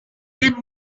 there